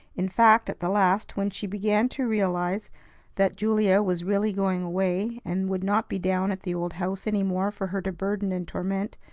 in fact, at the last, when she began to realize that julia was really going away, and would not be down at the old house any more for her to burden and torment,